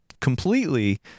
completely